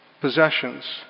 possessions